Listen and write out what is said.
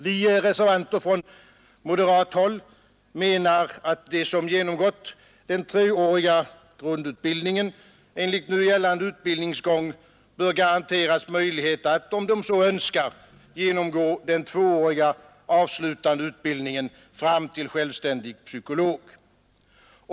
Vi reservanter från moderat håll menar att de som genomgått den treåriga grundutbildningen enligt nu gällande utbildningsgång bör garanteras möjlighet att, om de så önskar, genomgå den tvååriga avslutande utbildningen fram till självständig psykolog.